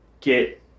get